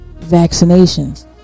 vaccinations